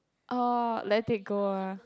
orh let it go ah